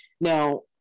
Now